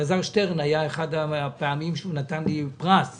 אלעזר שטרן נתן לי פרס